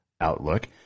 Outlook